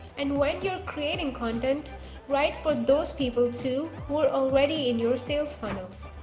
and when you're creating content right for those people too who're already in your sales funnels.